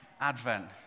Advent